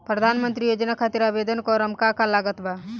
प्रधानमंत्री योजना खातिर आवेदन करम का का लागत बा?